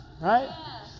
right